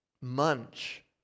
munch